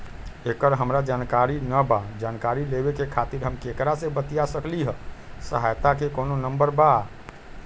एकर हमरा जानकारी न बा जानकारी लेवे के खातिर हम केकरा से बातिया सकली ह सहायता के कोनो नंबर बा?